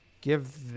give